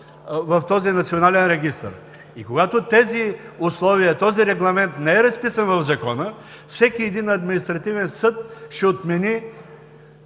в този Национален регистър. И когато тези условия, този регламент не е разписан в Закона, всеки един административен съд ще отмени